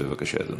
בבקשה, אדוני.